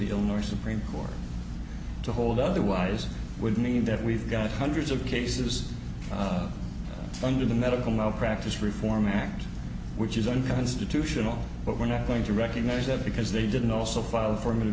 illinois supreme court to hold otherwise would mean that we've got hundreds of cases under the medical malpractise reform act which is unconstitutional but we're not going to recognize that because they didn't also file forma